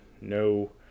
no